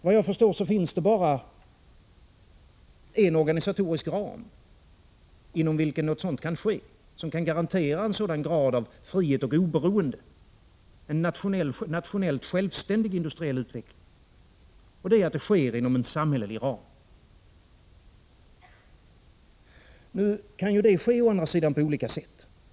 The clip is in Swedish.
Vad jag förstår finns det bara en organisatorisk ram inom vilken något sådant kan ske, som kan garantera en sådan grad av frihet och oberoende, en nationellt självständig industriell utveckling — jag tänker då på en samhällelig ram. Inom en samhällelig ram kan detta å andra sidan ske på olika sätt.